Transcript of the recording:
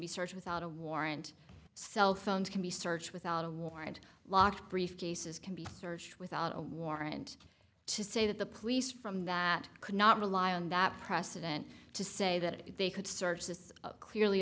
be searched without a warrant cell phones can be searched without a warrant locked briefcases can be searched without a warrant to say that the police from that could not rely on that precedent to say that they could search this clearly